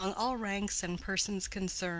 among all ranks and persons concerned,